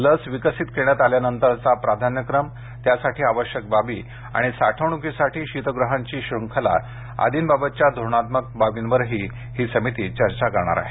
लस विकसित करण्यात आल्यानंतरचा प्राधान्यक्रम त्यासाठी आवश्यक बाबी आणि साठवणुकीसाठी शीतगृहांची शृंखला आदींबाबतच्या धोरणात्मक बाबींवरही ही समिती चर्चा करणार आहे